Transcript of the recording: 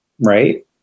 right